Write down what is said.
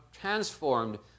transformed